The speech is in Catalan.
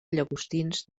llagostins